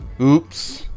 Oops